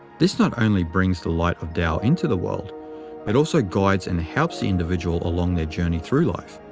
this not only brings the light of tao into the world but also guides and helps the individual along their journey through life.